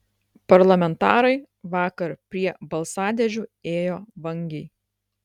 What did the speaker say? parlamentarai vakar prie balsadėžių ėjo vangiai